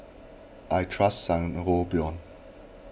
I trust Sangobion